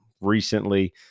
recently